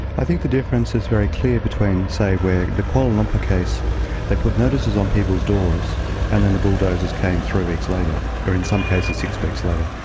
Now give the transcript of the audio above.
i think the difference is very clear between, say, where the kuala lumpur case they put notices on people's doors and then the bulldozers came three weeks later. or in some cases six weeks later.